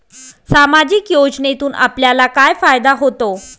सामाजिक योजनेतून आपल्याला काय फायदा होतो?